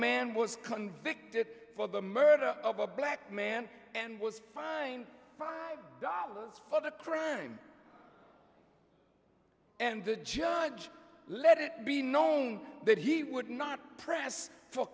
man was convicted for the murder of a black man and was fined five dollars for the crime and the judge let it be known that he would not press for